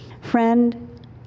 Friend